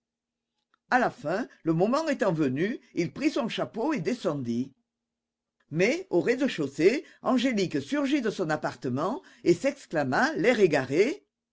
à la fin le moment étant venu il prit son chapeau et descendit mais au rez-de-chaussée angélique surgit de son appartement et s'exclama l'air égaré